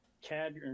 cad